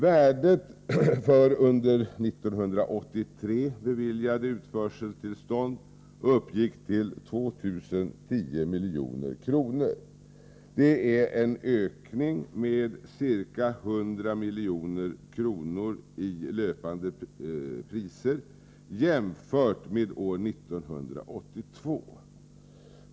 Värdet för under 1983 beviljade utförseltillstånd uppgick till 2 010 milj.kr. Det är en ökning med ca 100 milj.kr. i löpande priser jämfört med beloppet för år 1982.